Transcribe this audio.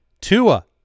Tua